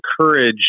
encourage